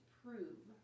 prove